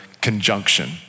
conjunction